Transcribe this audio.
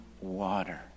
water